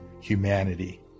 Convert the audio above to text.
humanity